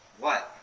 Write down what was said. what?